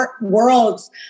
worlds